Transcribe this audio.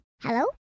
Hello